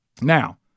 Now